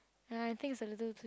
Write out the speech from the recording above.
I think is a little too